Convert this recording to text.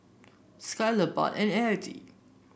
Skyler Bart and Eddy